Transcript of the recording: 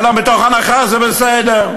אלא מתוך הנחה שזה בסדר.